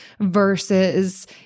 versus